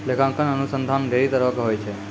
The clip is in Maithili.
लेखांकन अनुसन्धान ढेरी तरहो के होय छै